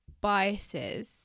biases